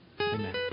Amen